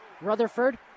Rutherford